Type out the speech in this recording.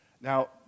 Now